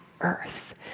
Earth